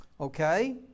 Okay